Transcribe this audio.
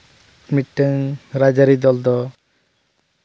ᱢᱤᱫᱴᱟᱹᱝ ᱨᱟᱡᱽᱼᱟᱹᱨᱤ ᱫᱚᱞ ᱫᱚ